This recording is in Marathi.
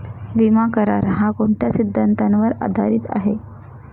विमा करार, हा कोणत्या सिद्धांतावर आधारीत आहे?